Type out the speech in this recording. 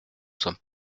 sommes